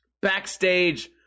backstage